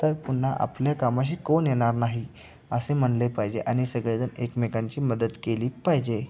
तर पुन्हा आपल्या कामाशी कोण येणार नाही असे म्हटले पाहिजे आणि सगळेजण एकमेकांची मदत केली पाहिजे